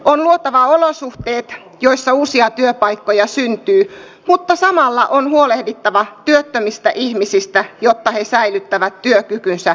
on luotava olosuhteet joissa uusia työpaikkoja syntyy mutta samalla on huolehdittava työttömistä ihmisistä jotta he säilyttävät työkykynsä ja osaamisensa